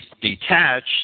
detached